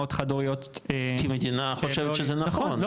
מאימהות חד הוריות --- כי מדינה חושבת שזה נכון,